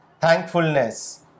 thankfulness